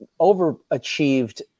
overachieved